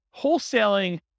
wholesaling